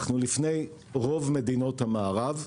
אנחנו לפני רוב מדינות המערב.